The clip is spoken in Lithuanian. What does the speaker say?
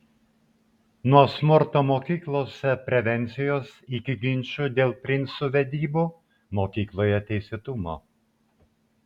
nuo smurto mokyklose prevencijos iki ginčų dėl princų vedybų mokykloje teisėtumo